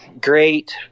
great